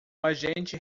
agente